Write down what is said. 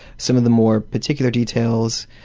some of the more particular details,